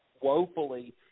woefully